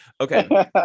Okay